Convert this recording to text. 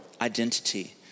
identity